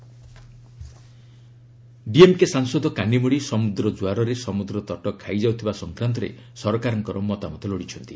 LSC erosion DMK ସାଂସଦ କାନିମୋଡ଼ି ସମୁଦ୍ର ଜୁଆରରେ ସମୁଦ୍ର ତଟ ଖାଇଯାଉଥିବା ସଂକ୍ରାନ୍ତରେ ସରକାରଙ୍କର ମତାମତ ଲୋଡ଼ିଛନ୍ତି